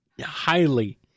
highly